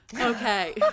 Okay